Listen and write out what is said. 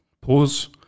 pause